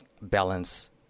balance